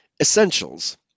essentials